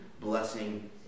blessing